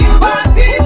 party